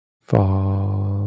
Fall